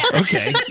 Okay